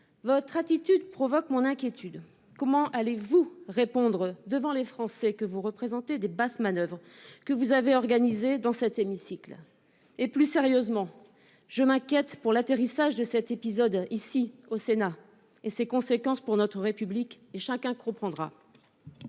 Votre attitude provoque mon inquiétude. Comment allez-vous répondre devant les Français, que vous représentez, des basses manoeuvres que vous avez organisées dans cet hémicycle ? Plus sérieusement, je m'inquiète de l'atterrissage de cet épisode au Sénat et de ses conséquences pour notre République. Chacun comprendra